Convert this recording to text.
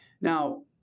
Now